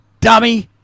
dummy